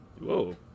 Whoa